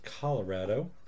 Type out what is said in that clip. colorado